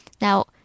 Now